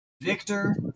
Victor